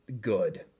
good